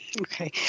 Okay